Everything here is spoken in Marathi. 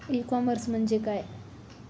ई कॉमर्स म्हणजे काय?